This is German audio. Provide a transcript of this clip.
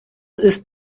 ist